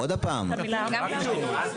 עוד פעם, למיון.